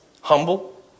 Humble